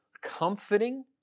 comforting